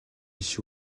биш